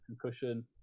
concussion